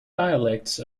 dialects